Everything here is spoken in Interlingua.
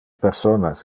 personas